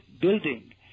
building